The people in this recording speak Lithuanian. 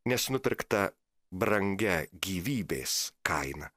nes nupirkta brangia gyvybės kaina